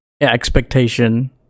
expectation